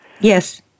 Yes